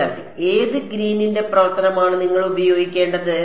വിദ്യാർത്ഥി ഏത് ഗ്രീനിന്റെ പ്രവർത്തനമാണ് നിങ്ങൾ ഉപയോഗിക്കേണ്ടത്